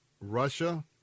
Russia